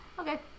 Okay